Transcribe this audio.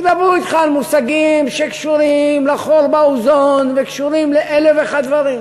ידברו אתך על מושגים שקשורים לחור באוזון וקשורים לאלף ואחד דברים,